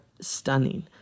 stunning